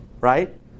right